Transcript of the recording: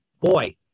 boy